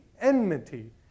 enmity